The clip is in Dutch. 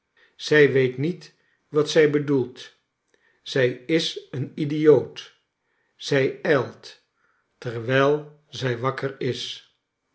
zij weet niet wat zij bedoelt zij is een idioot zij i ijlt terwijl zij wakker is